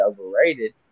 overrated